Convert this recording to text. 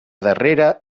darrera